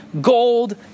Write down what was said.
gold